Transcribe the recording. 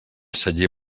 celler